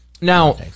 Now